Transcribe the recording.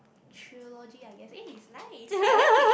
trilogy I guess eh is nice I like it